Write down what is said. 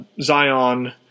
Zion